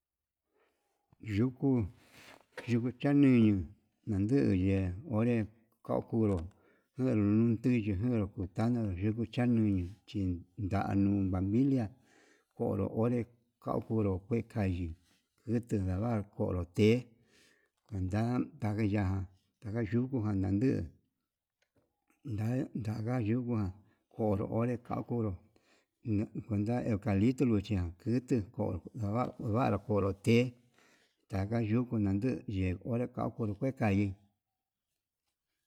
Yukuu yukuchaneyo nanduu ye'e onré kakunru enduntuyu njeruu kutana, yuku chanuyu chinanduu njuganbilia onro onré kuan kunru kue, kayi kutu ndanru konró te anda takiya'a ndakachungu nanda nduu, nda ndakayungua konro onre ka'a nguru ne kuenta eucalito chi kindi konró nava'a, navaru konro té takan yuku naduu ye'e oré kau kue kayii.